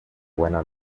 buena